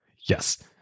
Yes